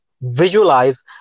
visualize